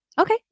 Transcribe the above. Okay